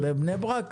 בבני ברק?